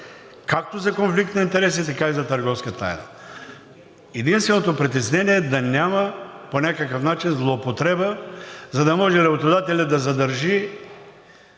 както за „конфликт на интереси“, така и за „търговска тайна“. Единственото притеснение е да няма по някакъв начин злоупотреба, за да може работодателят да задържи